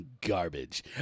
garbage